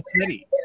city